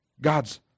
God's